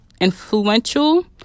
influential